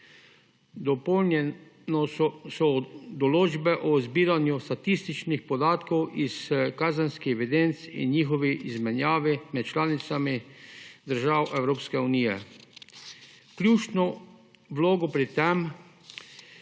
Dopolnjene so določbe o zbiranju statističnih podatkov iz kazenskih evidenc in njihovi izmenjavi med državami članicami Evropske unije. Ključno vlogo pri tem